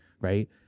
right